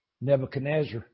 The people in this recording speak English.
Nebuchadnezzar